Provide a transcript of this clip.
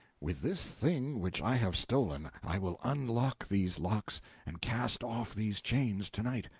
with this thing which i have stolen, i will unlock these locks and cast off these chains to-night.